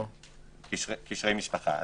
קשרי משפחה.